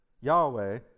Yahweh